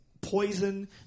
Poison